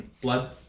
Blood